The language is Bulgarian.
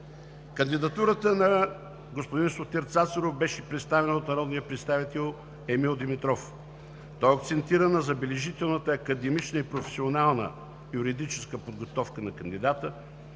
Кандидатурата на Сотир Цацаров беше представена от народния представител Емил Димитров. Той акцентира на забележителната академична и професионална юридическа подготовка на кандидата,